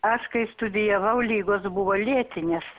aš kai studijavau lygos buvo lėtinės